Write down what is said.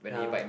ya